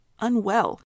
unwell